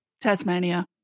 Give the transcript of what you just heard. Tasmania